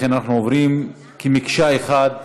לכן אנחנו עוברים, כמקשה אחת,